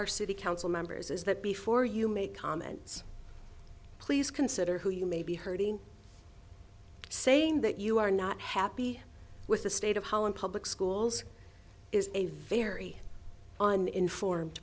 our city council members is that before you make comments please consider who you may be hurting saying that you are not happy with the state of holland public schools is a very on an informed